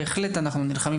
בהחלט אנו נלחמים,